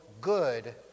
good